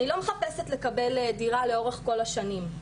אני לא מחפשת לקבל דירה לאורך כל השנים.